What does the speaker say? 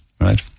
right